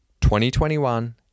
2021